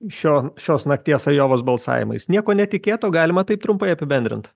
šio šios nakties ajovos balsavimais nieko netikėto galima taip trumpai apibendrint